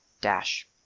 dash